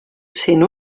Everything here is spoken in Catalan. cent